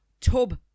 Tub